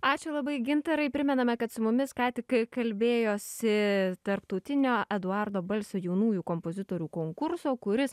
ačiū labai gintarai primename kad su mumis ką tik kalbėjosi tarptautinio eduardo balsio jaunųjų kompozitorių konkurso kuris